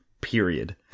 period